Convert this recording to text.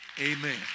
Amen